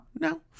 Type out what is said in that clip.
No